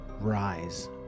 rise